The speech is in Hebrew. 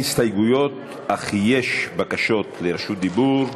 אין הסתייגויות, אך יש בקשות לרשות דיבור.